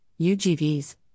UGVs